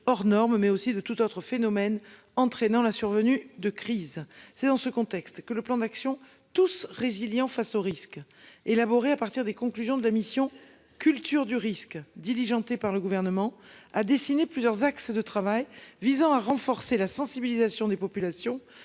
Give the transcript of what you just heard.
hors norme mais aussi de toute autre phénomène entraînant la survenue de crises. C'est dans ce contexte que le plan d'action tous résiliant face au risques élaboré à partir des conclusions de la mission culture du risque diligentée par le gouvernement a dessiné plusieurs axes de travail visant à renforcer la sensibilisation des populations